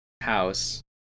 house